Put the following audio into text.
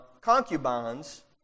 concubines